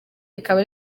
rikaba